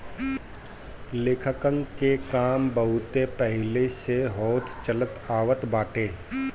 लेखांकन के काम बहुते पहिले से होत चलत आवत बाटे